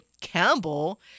Campbell